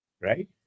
right